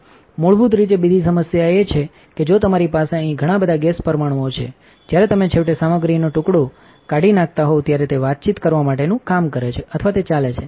મૂળભૂત રીતે બીજી સમસ્યા એ છે કે જો તમારી પાસે અહીં ઘણાં બધાં ગેસ પરમાણુઓ છે જ્યારે તમે છેવટે સામગ્રીનો ટુકડોકા spી નાખતાહોવ ત્યારે તેવાતચીત કરવામાટેનું કામકરે છે અથવા તે ચાલે છે